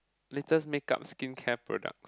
latest make up skin care product